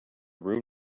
room